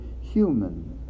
human